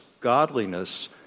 godliness